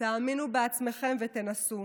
תאמינו בעצמכן ותנסו.